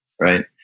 right